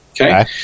Okay